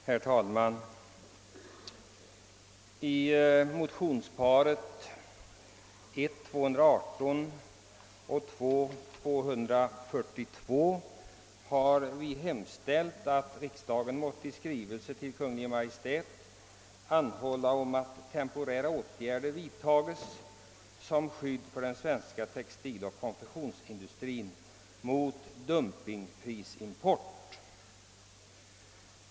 Herr talman! I motionsparet I:218 och II: 242 har vi hemställt att riksdagen måtte i skrivelse till Kungl. Maj:t anhålla om att temporära åtgärder vidtages som skydd för den svenska textiloch konfektionsindustrin mot dumpingprisimport.